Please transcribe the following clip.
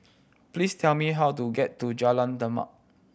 please tell me how to get to Jalan Demak